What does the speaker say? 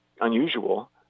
unusual